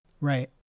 Right